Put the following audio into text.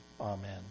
Amen